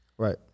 Right